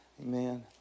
Amen